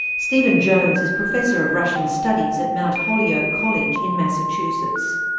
stephen jones is professor of russian studies at mount holyoke college in massachusetts.